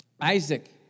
Isaac